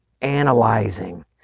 analyzing